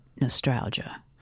nostalgia